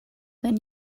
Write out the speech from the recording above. than